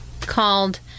Called